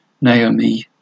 Naomi